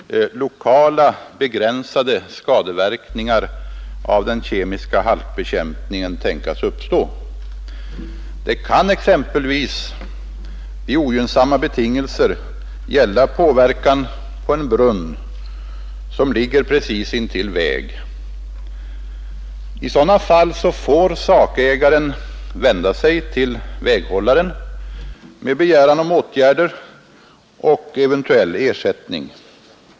Herr talman! I och för sig kan naturligtvis begränsade lokala skadeverkningar av den kemiska halkbekämpningen tänkas uppstå. Det kan exempelvis vid ogynnsamma betingelser gälla påverkan på en brunn som ligger i omedelbar anslutning till en väg. I sådana fall får sakägaren vända sig till väghållaren med begäran om åtgärder och eventuell ersättning.